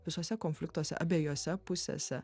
visuose konfliktuose abejose pusėse